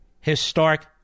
historic